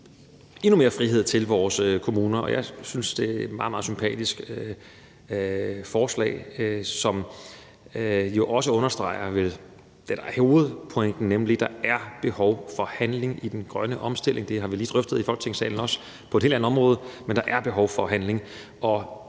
endnu mere frihed til vores kommuner. Jeg synes, det er et meget, meget sympatisk forslag, som jo også understreger hovedpointen, nemlig at der er behov for handling i den grønne omstilling. Det har vi også lige drøftet i Folketingssalen på et helt andet område. Der er behov for handling,